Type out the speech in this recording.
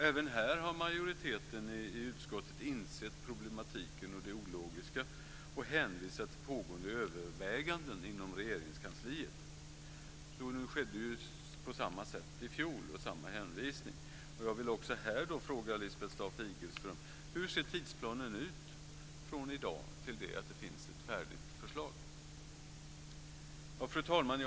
Även här har majoriteten i utskottet insett problematiken och det ologiska och hänvisar till pågående överväganden inom Regeringskansliet. Samma sak skedde i fjol med samma hänvisning. Jag vill också här fråga Lisbeth Staaf-Igelström: Hur ser tidsplanen ut från i dag till dess att det finns ett färdigt förslag? Fru talman!